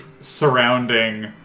surrounding